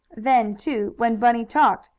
then, too, when bunny talked,